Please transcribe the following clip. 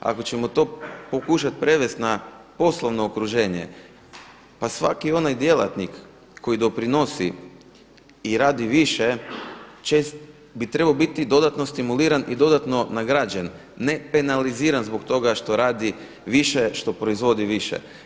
Ako ćemo to pokušati prevesti na poslovno okruženje, pa svaki onaj djelatnik koji doprinosi i radi više bi trebao biti dodatno stimuliran i dodatno nagrađen, ne penaliziran zbog toga što radi više, što proizvodi više.